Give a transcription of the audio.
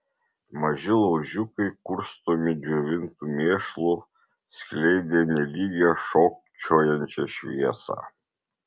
maži laužiukai kurstomi džiovintu mėšlu skleidė nelygią šokčiojančią šviesą